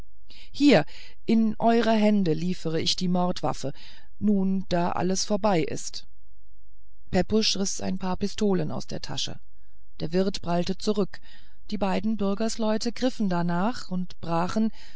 hier in eure hände liefere ich die mordwaffen da nun alles vorbei ist pepusch riß ein paar pistolen aus der tasche der wirt prallte zurück die beiden bürgersleute griffen darnach und brachen